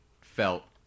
felt